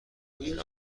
این